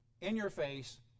in-your-face